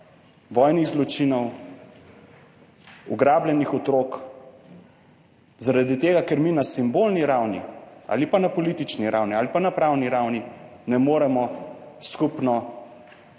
vojnih zločinov, ugrabljenih otrok, zaradi tega, ker mi na simbolni ravni ali pa na politični ravni ali pa na pravni ravni ne moremo skupno